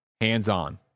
hands-on